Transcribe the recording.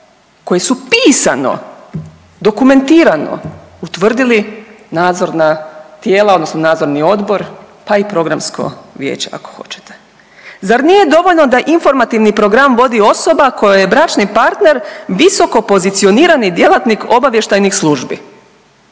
koje su pisano, dokumentirano utvrdili nadzorna tijela odnosno Nadzorni odbor, pa i Programsko vijeće ako hoćete. Zar nije dovoljno da informativni program vodi osoba kojoj je bračni partner visokopozicionirani djelatnik obavještajnih službi?